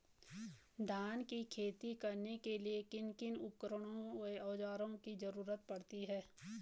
धान की खेती करने के लिए किन किन उपकरणों व औज़ारों की जरूरत पड़ती है?